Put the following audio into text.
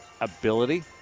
ability